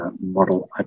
model